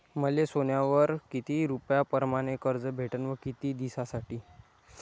मले सोन्यावर किती रुपया परमाने कर्ज भेटन व किती दिसासाठी?